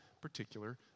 particular